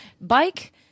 bike